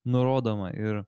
nurodoma ir